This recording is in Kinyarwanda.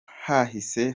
hahise